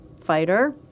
fighter